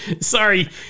Sorry